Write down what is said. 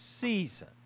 season